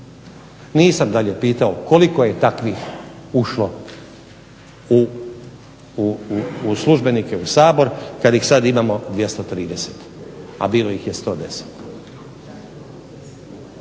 Nisam dalje pitao koliko je takvih ušlo u službenike u Sabor kada ih sada imamo 230, a bilo ih je 110.